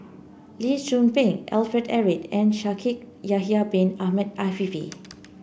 Lee Tzu Pheng Alfred Eric and Shaikh Yahya Bin Ahmed Afifi